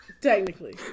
technically